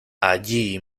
allí